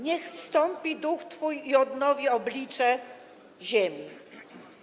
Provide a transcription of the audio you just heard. Niech zstąpi Duch Twój i odnowi oblicze ziemi.